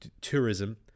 tourism